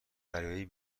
دریایی